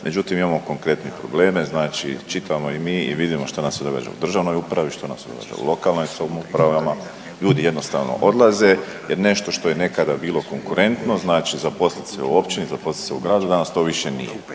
Međutim, imamo konkretne probleme, znači čitamo i mi i vidimo šta nam se događa u državnoj upravi, šta nam se događa u lokalnim samoupravama. Ljudi jednostavno odlaze jer nešto što je nekada bilo konkuretno znači zaposlit se u općini, zaposlit se u gradu, danas to više nije.